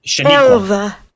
Elva